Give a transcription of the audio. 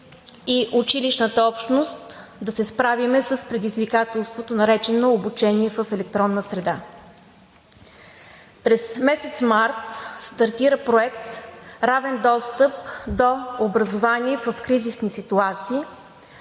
и училищната общност, да се справим с предизвикателството, наречено обучение в електронна среда. През месец март стартира Проект „Равен достъп до образование в кризисни ситуации“,